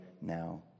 now